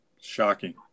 shocking